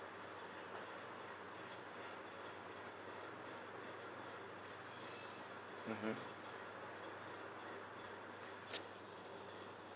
mmhmm